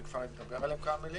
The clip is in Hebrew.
אני כבר אדי עליהן כמה דברים.